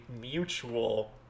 mutual